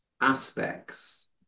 aspects